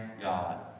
God